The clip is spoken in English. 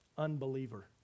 unbeliever